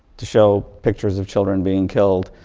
to show pictures of children being killed,